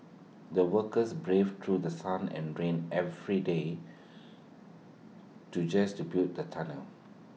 the workers braved through sun and rain every day to just to build the tunnel